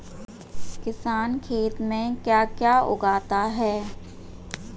किसान खेत में क्या क्या उगाता है?